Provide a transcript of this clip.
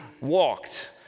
walked